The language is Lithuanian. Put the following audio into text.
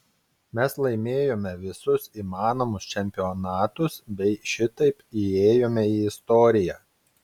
mes laimėjome visus įmanomus čempionatus bei šitaip įėjome į istoriją